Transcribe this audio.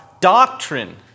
doctrine